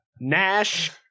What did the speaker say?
Nash